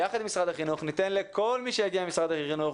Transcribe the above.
ניתן לכל מי שיגיע ממשרד החינוך,